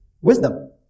wisdom